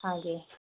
ಹಾಗೇ